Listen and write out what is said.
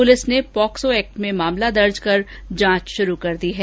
police ने POCSO act में मामला दर्ज कर जांच शुरू कर दी है